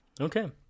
Okay